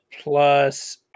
plus